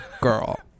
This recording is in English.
girl